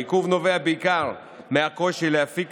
העיכוב נובע בעיקר מהקושי להפיק